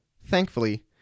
Thankfully